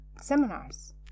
seminars